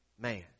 Man